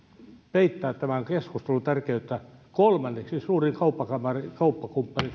peittää tämän keskustelun tärkeyttä venäjä on kolmanneksi suurin suomen kauppakumppani